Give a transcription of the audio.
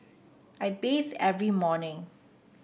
I bathe every morning